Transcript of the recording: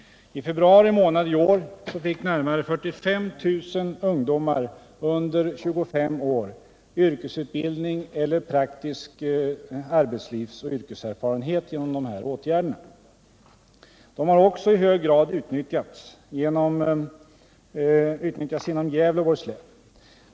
I februari månad i år fick närmare 45 000 ungdomar under 25 år yrkesutbildning eller praktisk arbetslivsoch yrkeserfarenhet genom dessa åtgärder. De har också i hög grad utnyttjats inom Gävleborgs län.